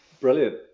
brilliant